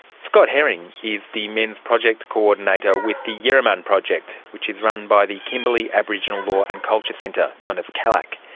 scott herring is the men's project coordinator with the yiriman project, which is run by the kimberley aboriginal law and culture centre, known as kalacc.